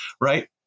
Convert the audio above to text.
right